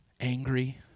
angry